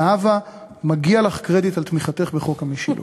זהבה, מגיע לך קרדיט על תמיכתך בחוק המשילות.